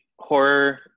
Horror